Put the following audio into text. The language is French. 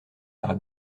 par